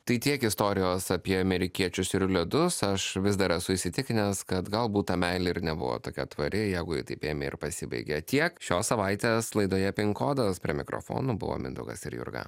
tai tiek istorijos apie amerikiečius ir ledus aš vis dar esu įsitikinęs kad galbūt ta meilė ir nebuvo tokia tvari jeigu ji taip ėmė ir pasibaigė tiek šios savaitės laidoje pin kodas prie mikrofonų buvo mindaugas ir jurga